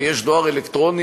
כי יש דואר אלקטרוני,